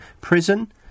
Prison